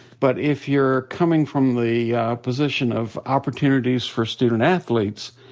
but if you're coming from the position of opportunities for student athletes,